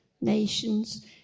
nations